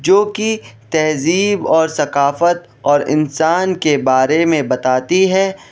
جوکہ تہذیب اور ثقافت اور انسان کے بارے میں بتاتی ہے